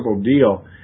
deal